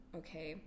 okay